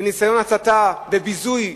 וניסיון הצתה וביזוי.